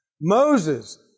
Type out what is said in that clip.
Moses